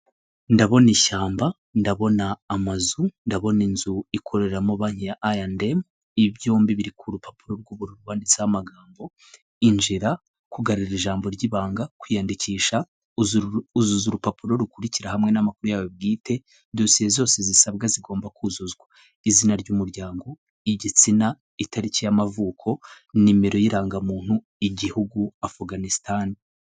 Tengamara na tiveya twongeye kubatengamaza, ishimwe kuri tiveya ryongeye gutangwa ni nyuma y'ubugenzuzi isuzuma n'ibikorwa byo kugaruza umusoro byakozwe dukomeje gusaba ibiyamu niba utariyandikisha kanda kannyeri maganainani urwego ukurikiza amabwiriza nibayandikishije zirikana fatire ya ibiyemu no kwandikisha nimero yawe ya telefone itanga n amakuru.